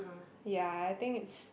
ya I think it's